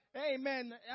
Amen